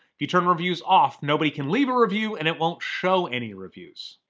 you turn reviews off, nobody can leave a review and it won't show any reviews.